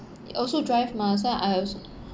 it also drive mah so I also